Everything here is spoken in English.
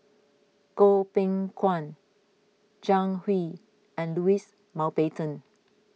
Goh Beng Kwan Zhang Hui and Louis Mountbatten